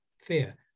fear